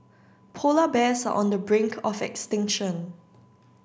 polar bears are on the brink of extinction